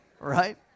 Right